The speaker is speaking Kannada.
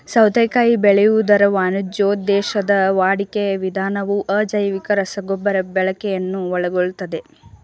ಸೌತೆಕಾಯಿ ಬೆಳೆಯುವುದರ ವಾಣಿಜ್ಯೋದ್ದೇಶದ ವಾಡಿಕೆಯ ವಿಧಾನವು ಅಜೈವಿಕ ರಸಗೊಬ್ಬರ ಬಳಕೆಯನ್ನು ಒಳಗೊಳ್ತದೆ